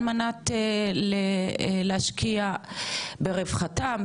על מנת להשקיע ברווחתם,